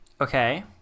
okay